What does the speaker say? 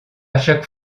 chaque